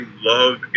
love